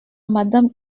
madame